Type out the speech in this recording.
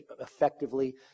effectively